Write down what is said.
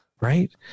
right